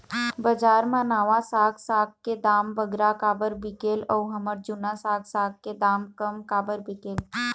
बजार मा नावा साग साग के दाम बगरा काबर बिकेल अऊ हमर जूना साग साग के दाम कम काबर बिकेल?